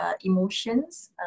emotions